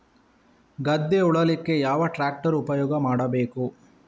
ಗದ್ದೆ ಉಳಲಿಕ್ಕೆ ಯಾವ ಟ್ರ್ಯಾಕ್ಟರ್ ಉಪಯೋಗ ಮಾಡಬೇಕು?